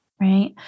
Right